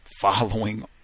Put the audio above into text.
Following